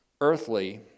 earthly